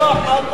מעל כל